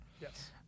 Yes